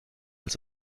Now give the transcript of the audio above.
als